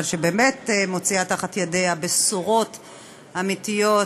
שבאמת מוציאה תחת ידיה בשורות אמיתיות.